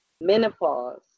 menopause